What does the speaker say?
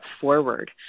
forward